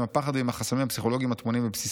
הפחד ועם החסמים הפסיכולוגיים הטמונים בבסיסו?